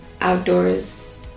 outdoors